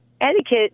etiquette